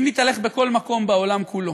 אם נתהלך בכל מקום בעולם כולו,